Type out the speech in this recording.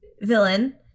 villain